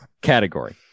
Category